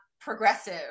progressive